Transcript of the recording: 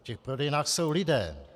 V těch prodejnách jsou lidé.